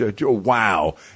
wow